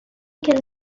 can